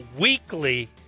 weekly